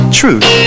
truth